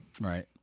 right